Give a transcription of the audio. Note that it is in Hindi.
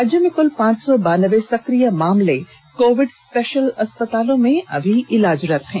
राज्य में कुल पांच सौ बानवे सक्रिय मामले कोविड स्पेषल अस्पतालों में इलाजरत हैं